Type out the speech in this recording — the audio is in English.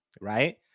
right